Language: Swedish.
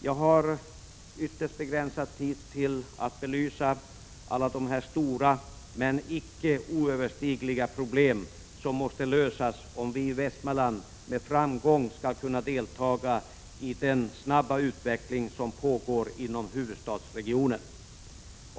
Jag har ytterst begränsad tid för att belysa alla de stora, men icke oöverstigliga, problem som måste lösas om vi i Västmanland med framgång skall kunna deltaga i den snabba utveckling som pågår inom huvudstadsregionen.